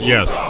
Yes